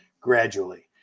gradually